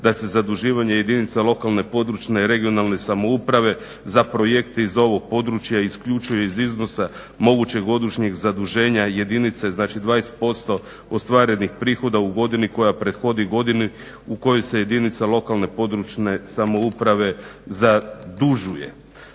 da se zaduživanje jedinica lokalne, područne i regionalne samouprave za projekte iz ovog područja isključuje iz iznosa mogućeg godišnjeg zaduženja jedinice znači 20% ostvarenih prihoda u godini koja prethodi godini u kojoj se jedinica lokalne samouprave zadužuje.